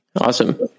awesome